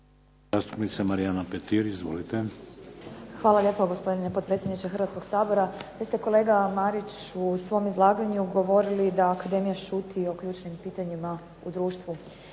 Hvala lijepo, gospodine potpredsjedniče Hrvatskoga sabora. Vi ste kolega Marić u svom izlaganju govorili da akademija šuti o ključnim pitanjima u društvima.